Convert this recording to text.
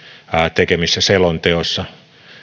tekemissä selonteoissa